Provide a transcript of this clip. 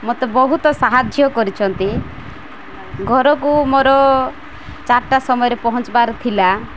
ମୋତେ ବହୁତ ସାହାଯ୍ୟ କରିଛନ୍ତି ଘରକୁ ମୋର ଚାରିଟା ସମୟରେ ପହଞ୍ଚିବାର ଥିଲା